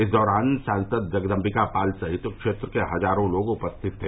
इस दौरान सांसद जगदम्बिकापाल सहित क्षेत्र के हजारों लोग मौजूद रहे